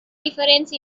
difference